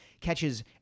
catches